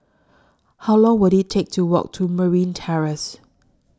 How Long Will IT Take to Walk to Merryn Terrace